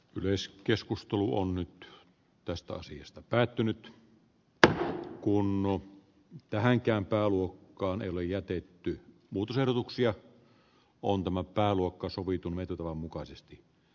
lys keskustelu on nyt tästä asiasta päätynyt tähti kunnolla tähänkään pääluokkaan ei ole jätetty muutosehdotuksia on tämän pääluokan sovitun metatavan mukaisesti